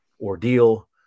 ordeal